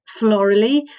florally